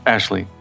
Ashley